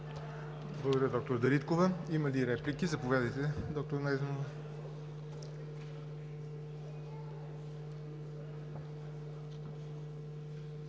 Благодаря, доктор Дариткова. Има ли реплики? Заповядайте, доктор Найденова